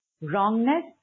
wrongness